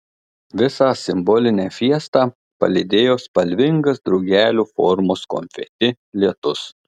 visą simbolinę fiestą palydėjo spalvingas drugelių formos konfeti lietus